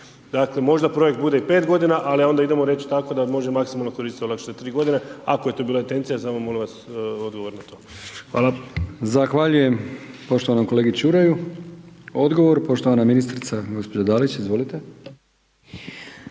Dakle, možda projekt bude i 5 godina ali onda idemo reći tako da možemo maksimalno koristiti ono što je 3 godine ako je to bila intencija za ovo molim vas, odgovor na to. Hvala. **Brkić, Milijan (HDZ)** Zahvaljujem poštovanom kolegi Čuraju. Odgovor poštovana ministrica gospođa Dalić, izvolite.